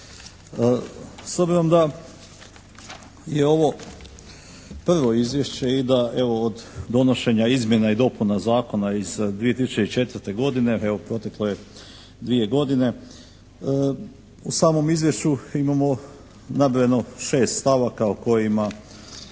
S obzirom da je ovo prvo izvješće i da evo od donošenja izmjena i dopuna zakona iz 2004. godine, evo proteklo je dvije godine, u samom izvješću imamo nabrojeno 6 stavaka o kojima